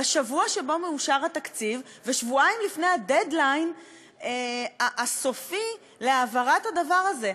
בשבוע שבו מאושר התקציב ושבועיים לפני הדדליין הסופי להעברת הדבר הזה.